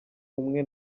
umwe